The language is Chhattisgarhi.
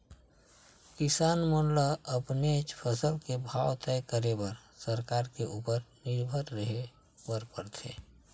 किसान मन ल अपनेच फसल के भाव तय करे बर सरकार के उपर निरभर रेहे बर परथे